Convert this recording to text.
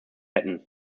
hätten